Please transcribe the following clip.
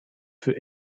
für